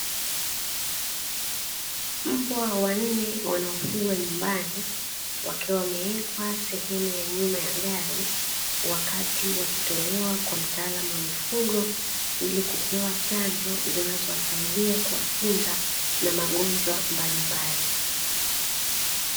Mbwa wanne wanaofugwa nyumbani wakiwa wameekwa sehemu ya nyuma ya gari wakati wakitolewa kwa mtaalamu wa mifugo ili kupewa chanjo zinazowasaidia kuwakinga na magonjwa mbalimbali.